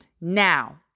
Now